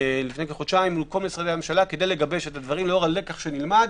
לפני כחודשיים עם כל משרדי הממשלה כדי לגבש את הדברים לאור הלקח שנלמד.